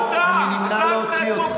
אני נמנע מלהוציא אותך.